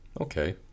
Okay